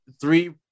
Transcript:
three